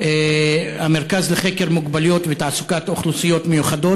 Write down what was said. המרכז לחקר מוגבלויות ותעסוקת אוכלוסיות מיוחדות,